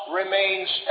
remains